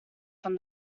from